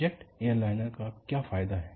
jet airliner का क्या फायदा है